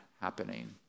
happening